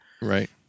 Right